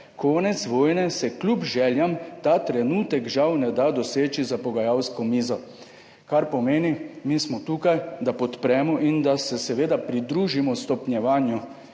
Konec vojne se kljub željam ta trenutek žal ne da doseči za pogajalsko mizo.« Kar pomeni, mi smo tukaj, da podpremo in da se seveda pridružimo stopnjevanju,